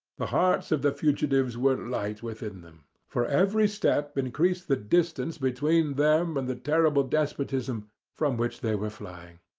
the hearts of the fugitives were light within them, for every step increased the distance between them and the terrible despotism from which they were flying.